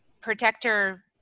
protector